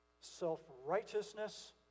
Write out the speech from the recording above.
self-righteousness